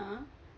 ah